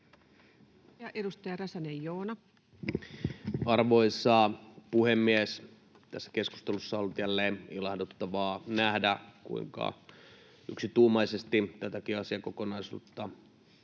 17:51 Content: Arvoisa puhemies! Tässä keskustelussa on ollut jälleen ilahduttavaa nähdä, kuinka yksituumaisesti tätäkin asiakokonaisuutta